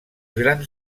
grans